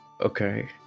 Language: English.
okay